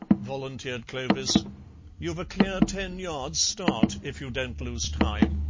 volunteered clovis you've a clear ten yards start if you don't lose time.